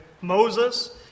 Moses